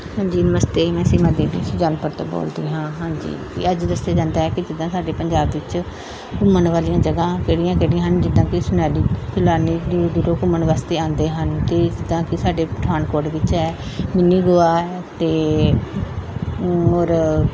ਹਾਂਜੀ ਨਮਸਤੇ ਮੈਂ ਸੀਮਾ ਦੇਵੀ ਸੁਜਾਨਪੁਰ ਤੋਂ ਬੋਲਦੀ ਹਾਂ ਹਾਂਜੀ ਕਿ ਅੱਜ ਦੱਸਿਆ ਜਾਂਦਾ ਹੈ ਕਿ ਜਿੱਦਾਂ ਸਾਡੇ ਪੰਜਾਬ ਵਿੱਚ ਘੁੰਮਣ ਵਾਲੀਆਂ ਜਗ੍ਹਾ ਕਿਹੜੀਆਂ ਕਿਹੜੀਆਂ ਹਨ ਜਿੱਦਾਂ ਕਿ ਸੈਲਾਨੀ ਸੈਲਾਨੀ ਦੂਰੋਂ ਦੂਰੋਂ ਘੁੰਮਣ ਵਾਸਤੇ ਆਉਂਦੇ ਹਨ ਅਤੇ ਜਿੱਦਾਂ ਕਿ ਸਾਡੇ ਪਠਾਨਕੋਟ ਵਿੱਚ ਹੈ ਮਿੰਨੀ ਗੋਆ ਹੈ ਅਤੇ ਔਰ